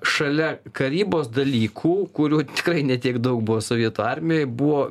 šalia karybos dalykų kurių tikrai ne tiek daug buvo sovietų armijoj buvo